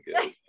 good